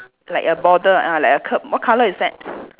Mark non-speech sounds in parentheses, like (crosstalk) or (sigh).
like a border ah like a curb what colour is that (noise)